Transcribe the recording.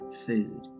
food